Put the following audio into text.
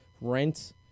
rent